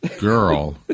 girl